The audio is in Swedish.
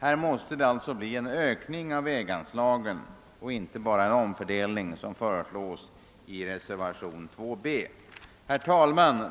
Här måste det alltså bli en ökning av väganslagen och inte bara en omfördelning, vilket föreslås i reservation 2 b. Herr talman!